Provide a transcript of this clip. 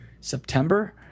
September